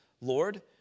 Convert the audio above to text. Lord